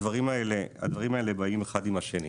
הדברים האלה באים אחד עם השני.